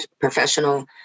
professional